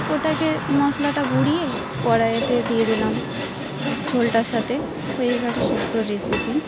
ওটাকে মশলাটা গুড়িয়ে কড়াইতে দিয়ে দিলাম ঝোলটার সাথে হয়ে গেলো সুক্তোর রেসিপি